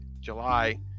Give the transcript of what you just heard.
July